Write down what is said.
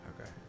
Okay